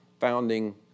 founding